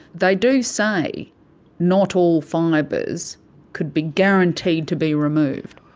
they do say not all fibres could be guaranteed to be removed.